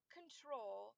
control